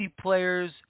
players